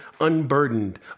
unburdened